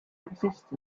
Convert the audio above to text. exist